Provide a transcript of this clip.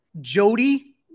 jody